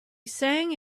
sang